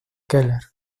keller